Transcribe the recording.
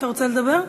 אתה רוצה לדבר?